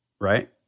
right